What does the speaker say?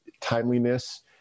timeliness